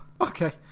Okay